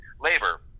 labor